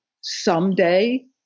someday